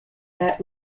that